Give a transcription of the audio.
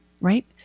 right